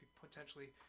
potentially